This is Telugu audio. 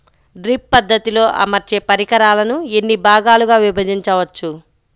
డ్రిప్ పద్ధతిలో అమర్చే పరికరాలను ఎన్ని భాగాలుగా విభజించవచ్చు?